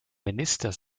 minister